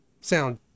sound